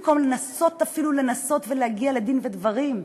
במקום לנסות אפילו, לנסות ולהגיע לדין ודברים,